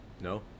No